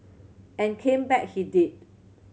and came back he did